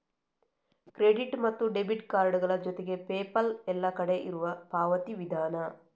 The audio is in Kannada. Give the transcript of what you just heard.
ಕ್ರೆಡಿಟ್ ಮತ್ತು ಡೆಬಿಟ್ ಕಾರ್ಡುಗಳ ಜೊತೆಗೆ ಪೇಪಾಲ್ ಎಲ್ಲ ಕಡೆ ಇರುವ ಪಾವತಿ ವಿಧಾನ